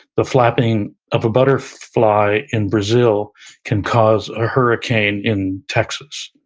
the flapping of a butterfly in brazil can cause a hurricane in texas.